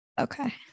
okay